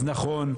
אז נכון,